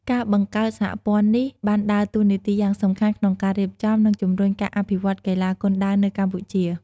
ការបង្កើតសហព័ន្ធនេះបានដើរតួនាទីយ៉ាងសំខាន់ក្នុងការរៀបចំ និងជំរុញការអភិវឌ្ឍកីឡាគុនដាវនៅកម្ពុជា។